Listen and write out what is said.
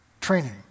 training